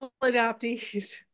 adoptees